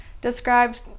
described